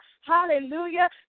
hallelujah